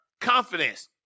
confidence